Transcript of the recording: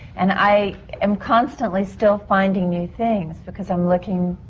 and i am constantly still finding new things, because i'm looking.